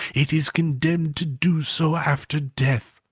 it is condemned to do so after death.